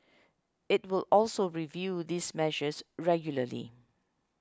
it will also review these measures regularly